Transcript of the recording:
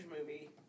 movie